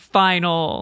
final